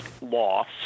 loss